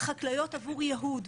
חקלאיות עבור יהוד.